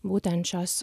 būtent šios